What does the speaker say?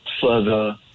further